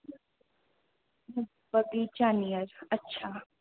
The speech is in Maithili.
बगीचा नियर अच्छा